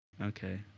Okay